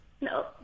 No